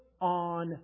on